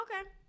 Okay